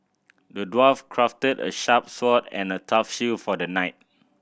the dwarf crafted a sharp sword and a tough shield for the knight